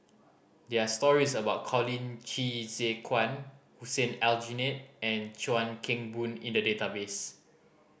there are stories about Colin Qi Zhe Quan Hussein Aljunied and Chuan Keng Boon in the database